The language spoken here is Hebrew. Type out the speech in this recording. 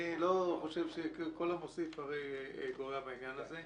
חושב שכל המוסיף הרי גורע בעניין הזה.